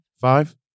Five